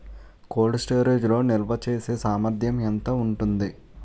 Cold storage లో నిల్వచేసేసామర్థ్యం ఎంత ఉంటుంది?